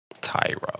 Tyro